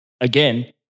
Again